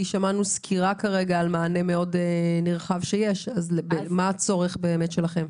שמענו סקירה על מענה נרחב שיש, אז מה הצורך שלכם?